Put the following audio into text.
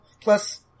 Plus